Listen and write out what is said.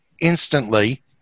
instantly